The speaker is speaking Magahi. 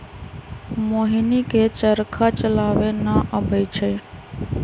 मोहिनी के चरखा चलावे न अबई छई